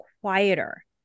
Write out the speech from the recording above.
quieter